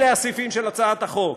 אלה הסעיפים של הצעת החוק.